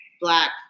Black